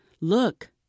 Look